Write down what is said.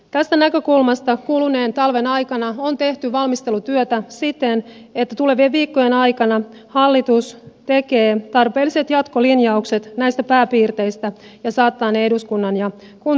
tästä näkökulmasta kuluneen talven aikana on tehty valmistelutyötä siten että tulevien viikkojen aikana hallitus tekee tarpeelliset jatkolinjaukset näistä pääpiirteistä ja saattaa ne eduskunnan ja kuntien tietoon